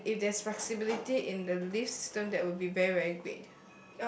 and if there is flexibility in the leave system that would be very very great